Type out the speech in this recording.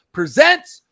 presents